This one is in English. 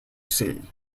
see